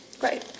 Great